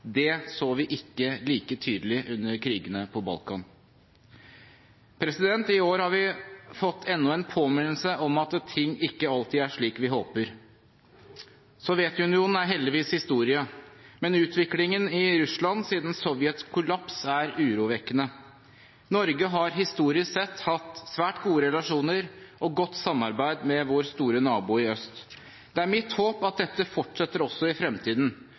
Det så vi ikke like tydelig under krigene på Balkan. I år har vi fått enda en påminnelse om at ting ikke alltid er slik vi håper. Sovjetunionen er heldigvis historie, men utviklingen i Russland siden Sovjets kollaps er urovekkende. Norge har historisk sett hatt svært gode relasjoner og godt samarbeid med vår store nabo i øst. Det er mitt håp at dette fortsetter også i fremtiden.